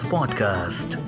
Podcast